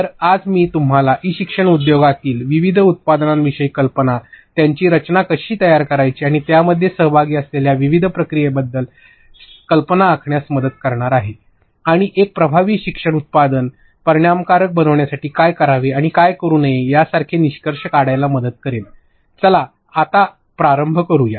तर आज मी तुम्हाला ई शिक्षण उद्योगातील विविध उत्पादनांविषयी कल्पना त्यांची रचना कशी तयार करायची आणि त्यामध्ये सहभागी असलेल्या विविध प्रक्रियेबद्दल कल्पना आखण्यात मदत करणार आहे आणि एक प्रभावी शिक्षण उत्पादन परिणामकारक बनवण्यासाठी काय करावे आणि काय करू नये यांसारखे निष्कर्ष काढायला मदत करेन चला आता प्रारंभ करूया